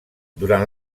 durant